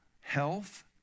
health